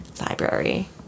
library